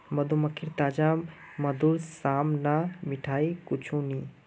मधुमक्खीर ताजा मधुर साम न मिठाई कुछू नी